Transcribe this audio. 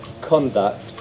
conduct